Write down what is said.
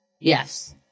Yes